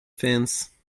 fence